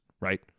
right